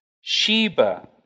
Sheba